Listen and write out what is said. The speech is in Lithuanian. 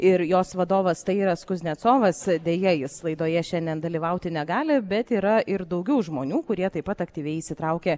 ir jos vadovas tairas kuznecovas deja jis laidoje šiandien dalyvauti negali bet yra ir daugiau žmonių kurie taip pat aktyviai įsitraukė